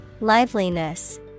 Liveliness